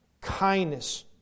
Kindness